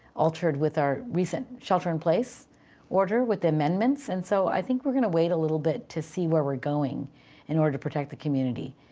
altered with our recent shelter in place order, with amendments. and so i think we're going to wait a little bit to see where we're going in order to protect the community.